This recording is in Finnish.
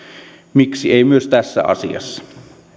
miksi ei myös tässä asiassa